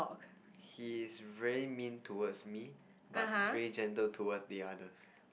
he's very mean towards me but very gentle towards the others